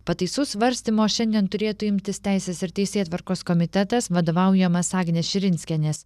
pataisų svarstymo šiandien turėtų imtis teisės ir teisėtvarkos komitetas vadovaujamas agnės širinskienės